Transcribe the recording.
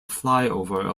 flyover